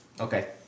Okay